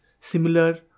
similar